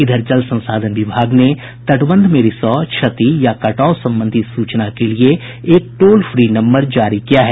इधर जल संसाधन विभाग ने तटबंध में रिसाव क्षति या कटाव संबंधी सूचना के लिए एक टोल फ्री नम्बर जारी किया है